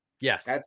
Yes